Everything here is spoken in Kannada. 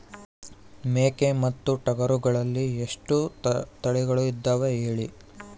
ಮೇಕೆ ಮತ್ತು ಟಗರುಗಳಲ್ಲಿ ಎಷ್ಟು ತಳಿಗಳು ಇದಾವ ಹೇಳಿ?